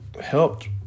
helped